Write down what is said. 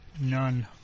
None